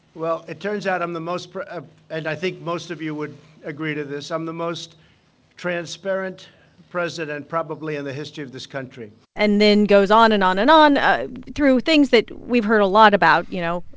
well, it turns out i'm the most ah and i think most of you agree to this i'm the most transparent president probably in the history of this country and then goes on and on and on ah through things that we've heard a lot about you know,